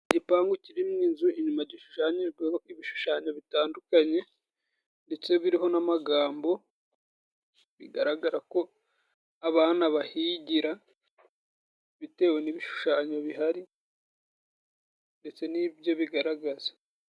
Igipangu kirimo inzu, inyuma gishushanyijweho ibishushanyo bitandukanye, ndetse biriho n'amagambo ,bigaragara ko abana bahigira bitewe n'ibishushanyo bihari ndetse nibyo bigaragaza.